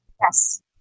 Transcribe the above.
Yes